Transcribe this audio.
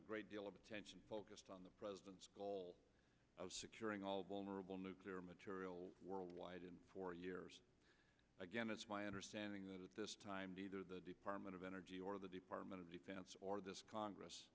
a great deal of attention focused on the securing all vulnerable nuclear material worldwide and for years again it's my understanding that at this time neither the department of energy or the department of defense or this congress